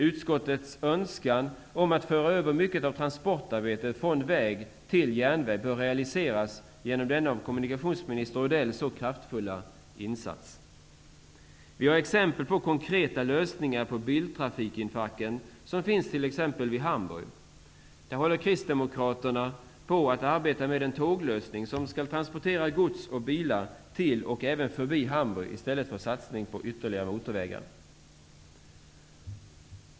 Utskottets önskan om att föra över mycket av transportarbetet från väg till järnväg bör realiseras genom denna av kommunikationsminister Odell så kraftfulla insats. Det finns exempel på konkreta lösningar av besvärliga biltrafikstockningar vid Hamburg. Där håller kristdemokraterna på att arbeta med en tåglösning som skall transportera gods och bilar till och förbi staden, i stället för en satsning på ytterligare motorvägar.